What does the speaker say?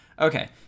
Okay